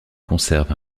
conserve